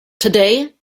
today